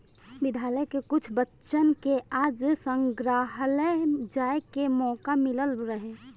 विद्यालय के कुछ बच्चन के आज संग्रहालय जाए के मोका मिलल रहे